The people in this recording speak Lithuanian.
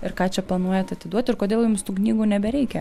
ir ką čia planuojat atiduot ir kodėl jums tų knygų nebereikia